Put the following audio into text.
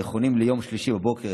הנכונים ליום שלישי בבוקר,